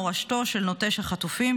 מורשתו של נוטש החטופים",